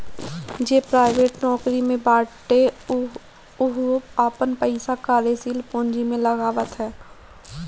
जे प्राइवेट नोकरी में बाटे उहो आपन पईसा कार्यशील पूंजी में लगावत हअ